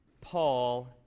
Paul